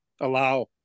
allow